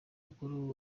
mukuru